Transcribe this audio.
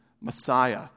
Messiah